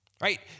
right